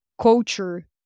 culture